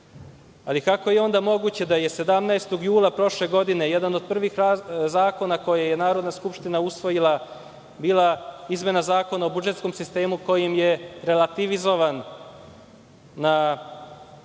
Ali, kako je onda moguće da je 17. jula prošle godine jedan od prvih zakona koje je Narodna skupština usvojila bila izmena Zakona o budžetskom sistemu kojim je relativizovana